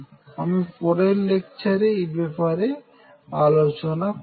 আমি পরের লেকচারে এই ব্যাপারে আলোচনা করব